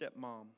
stepmom